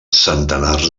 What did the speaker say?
centenars